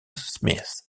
smith